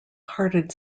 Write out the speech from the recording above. hearted